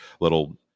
little